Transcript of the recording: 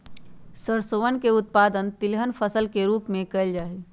सरसोवन के उत्पादन तिलहन फसल के रूप में कइल जाहई